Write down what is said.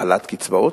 העלאת קצבאות,